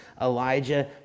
Elijah